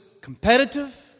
competitive